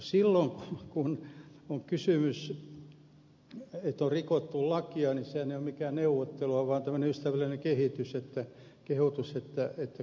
silloin kun on kysymys siitä että on rikottu lakia niin sehän ei ole mikään neuvottelu vaan tämmöinen ystävällinen kehotus että korjatkaa asia